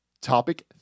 topic